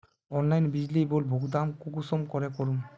Online बिजली bill भुगतान कुंसम करे करूम?